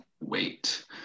wait